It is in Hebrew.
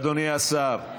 אדוני השר,